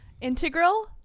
Integral